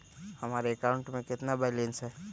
हमारे अकाउंट में कितना बैलेंस है?